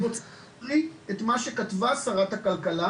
אני רוצה להקריא את מה שכתבה שרת הכלכלה